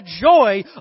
joy